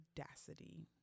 audacity